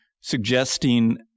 suggesting